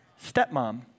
stepmom